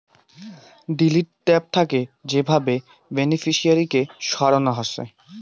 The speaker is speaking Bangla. ডিলিট ট্যাব থাকে যে ভাবে বেনিফিশিয়ারি কে সরানো হসে